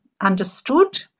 understood